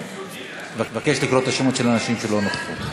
אני מבקש לקרוא את השמות של האנשים שלא נכחו.